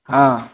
हाँ